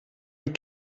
les